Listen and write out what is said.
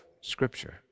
Scripture